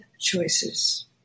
Choices